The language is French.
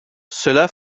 cela